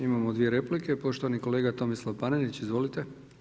Imamo dvije replike, poštovani kolega Tomislav Panenić, izvolite.